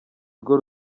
rwo